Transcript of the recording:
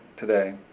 today